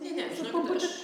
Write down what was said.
ne ne žinokit aš